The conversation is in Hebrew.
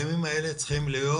הימים האלה צריכים להיות